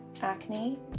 acne